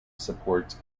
supports